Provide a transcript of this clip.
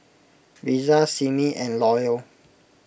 Risa Simmie and Loyal